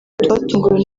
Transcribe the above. twatunguwe